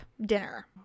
dinner